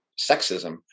sexism